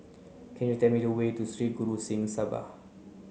can you tell me the way to Sri Guru Singh Sabha